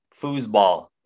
foosball